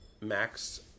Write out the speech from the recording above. Max